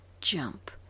jump